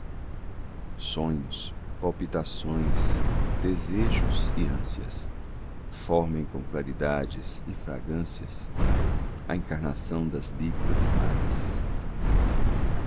sonhos palpitações desejos e ânsias formem com claridades e fragrâncias a encarnação das lívidas amadas